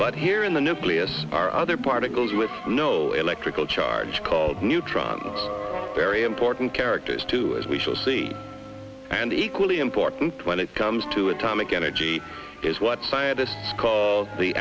but here in the nucleus are other particles with no electrical charge called neutrons very important characters too as we shall see and equally important when it comes to atomic energy is what scientists call the